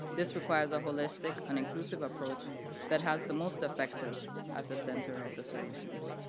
this requires a holistic and inclusive approach that has the most affected at the center of the solutions.